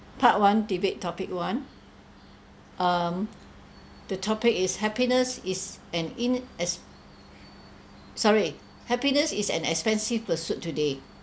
part one debate topic one um the topic is happiness is an in ex~ sorry happiness is an expensive pursuit today